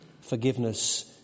Forgiveness